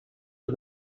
are